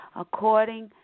according